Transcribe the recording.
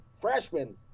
freshman